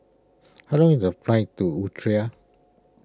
how long is the flight to Eritrea